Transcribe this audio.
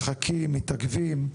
מתעכבים,